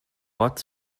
ort